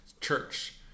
church